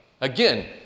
again